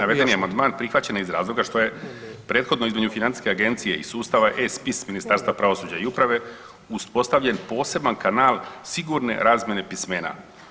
Navedeni amandman prihvaćen je iz razloga što je prethodno između Financijske agencije i sustava e-spis Ministarstva pravosuđa i uprave uspostavljen poseban kanal sigurne razmjene pismena.